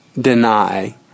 deny